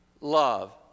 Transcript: love